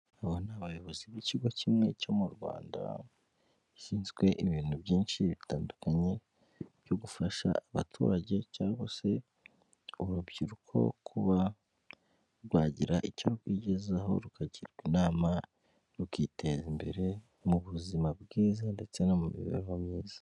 Aba ni abayobozi b'ikigo kimwe cyo mu Rwanda bashinzwe ibintu byinshi bitandukanye byo gufasha abaturage cyangwa se urubyiruko kuba rwagira icyo rwigezaho, rukagirwa inama rukiteza imbere mu buzima bwiza ndetse no mu mibereho myiza.